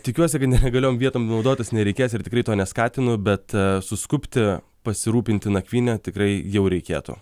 tikiuosi kad nelegaliom vietom naudotis nereikės ir tikrai to neskatinu bet suskubti pasirūpinti nakvyne tikrai jau reikėtų